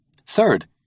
Third